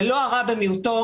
זה לא הרע במיעוטו.